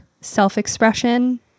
self-expression